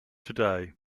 today